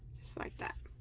just like that